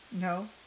No